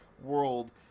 world